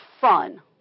fun